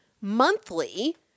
Monthly